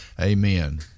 Amen